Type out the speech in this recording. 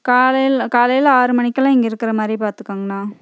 காலை காலையில் ஆறு மணிக்கெலாம் இங்கே இருக்கிற மாதிரி பார்த்துக்கோங்கண்ணா